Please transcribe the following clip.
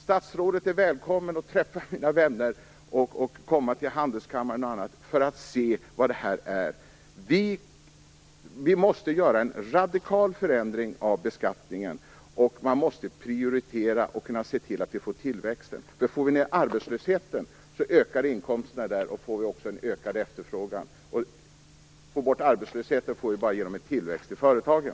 Statsrådet är välkommen att träffa mina vänner och att komma till handelskammaren. Vi måste åstadkomma en radikal förändring av beskattningen. Vi måste prioritera och se till att vi får tillväxt. Får vi ned arbetslösheten ökar inkomsterna där, och då får vi också en ökad efterfrågan. Arbetslösheten får vi bara bort genom tillväxt i företagen.